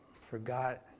forgot